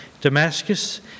Damascus